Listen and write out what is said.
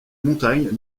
montagnes